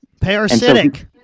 Parasitic